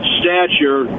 stature